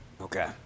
Okay